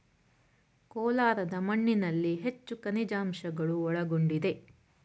ಕೋಲಾರದ ಮಣ್ಣಿನಲ್ಲಿ ಹೆಚ್ಚು ಖನಿಜಾಂಶಗಳು ಒಳಗೊಂಡಿದೆ